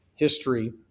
History